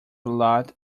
lot